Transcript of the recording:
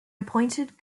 appointed